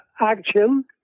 action